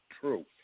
True